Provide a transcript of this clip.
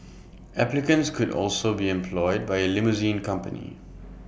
applicants could also be employed by A limousine company